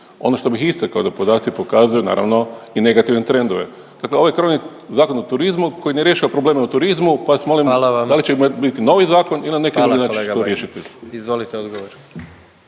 Ono što bih istakao, da podaci pokazuju, naravno i negativne trendove. Dakle ovo je krovni Zakon o turizmu koji ne rješava probleme u turizmu pa vas molim … .../Upadica: Hvala vam./... da li će biti